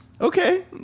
okay